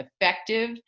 effective